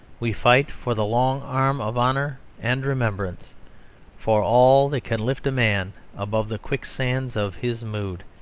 we fight for the long arm of honour and remembrance for all that can lift a man above the quicksands of his moods,